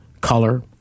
color